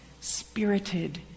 spirited